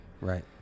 Right